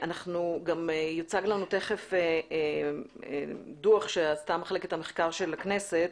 גם יוצג לנו תיכף דוח שעשתה מחלקת המחקר של הכנסת,